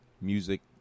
music